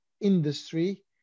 industry